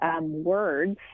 Words